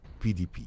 pdp